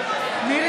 (קוראת בשמות חברי הכנסת) מירי